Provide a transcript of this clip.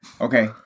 Okay